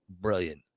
brilliant